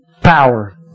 power